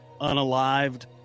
unalived